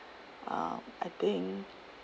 um I think